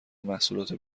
محصولات